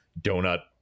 donut